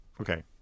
okay